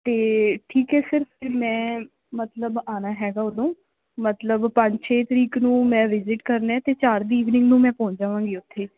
ਅਤੇ ਠੀਕ ਹੈ ਸਰ ਫਿਰ ਮੈਂ ਮਤਲਬ ਆਉਣਾ ਹੈਗਾ ਉਦੋਂ ਮਤਲਬ ਪੰਜ ਛੇ ਤਰੀਕ ਨੂੰ ਮੈਂ ਵਿਜ਼ਿਟ ਕਰਨਾ ਅਤੇ ਚਾਰ ਦੀ ਈਵਨਿੰਗ ਨੂੰ ਮੈਂ ਪਹੁੰਚ ਜਾਵਾਂਗੀ ਉੱਥੇ